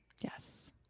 Yes